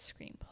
screenplay